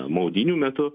maudynių metu